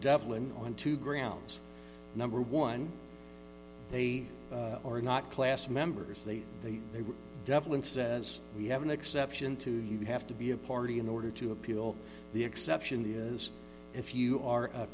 devlin on two grounds number one they are not class members they say they were devlin says you have an exception to you have to be a party in order to appeal the exception is if you are a